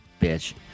bitch